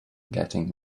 getting